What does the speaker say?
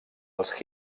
als